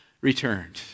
returned